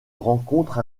rencontre